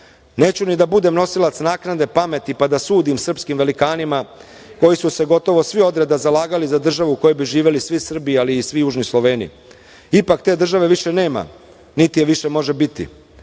ni da budem nosilac naknadne pameti, pa da sudim srpskim velikanima koji su se gotovo svi odreda zalagali za državu u kojoj bi živeli svi Srbi, ali i svi Južni Sloveni. Ipak te države više nema, niti je više može biti.